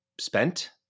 spent